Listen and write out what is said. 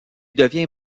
devient